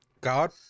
God